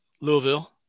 Louisville